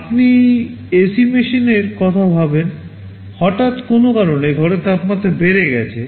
আপনি এসি মেশিনের কথা ভাবেন হঠাৎ কোনও কারণে ঘরের তাপমাত্রা বেড়ে গেছে